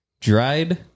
dried